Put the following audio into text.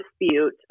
dispute